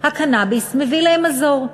הקנאביס מביא מזור.